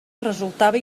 resultava